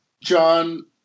John